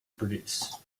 produce